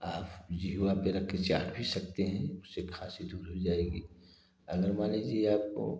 आप जिह्वा पर रखकर चाट भी सकते हैं उससे खाँसी दूर हो जाएगी अगर मान लीजिए आपको